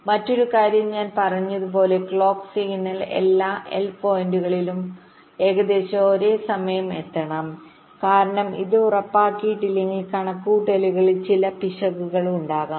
മറ്റൊരു കാര്യം ഞാൻ പറഞ്ഞതുപോലെ ക്ലോക്ക് സിഗ്നൽ എല്ലാ എൽ പോയിന്റുകളിലും ഏകദേശം ഒരേ സമയം എത്തണം കാരണം അത് ഉറപ്പാക്കിയില്ലെങ്കിൽ കണക്കുകൂട്ടലിൽ ചില പിശകുകൾ ഉണ്ടാകാം